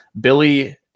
Billy